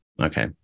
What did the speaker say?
Okay